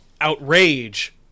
outrage